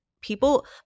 people